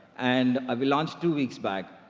and ah we launched two weeks back.